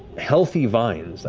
healthy vines, like